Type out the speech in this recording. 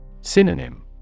Synonym